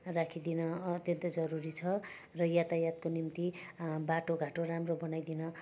राखिदिन अत्यन्तै जरुरी छ र यातायातको निम्ति बाटोघाटो राम्रो बनाइदिन